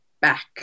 back